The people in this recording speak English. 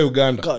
Uganda